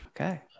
Okay